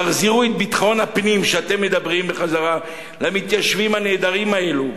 תחזירו את ביטחון הפנים שאתם מדברים עליו למתיישבים הנהדרים האלה.